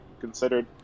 considered